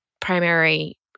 primary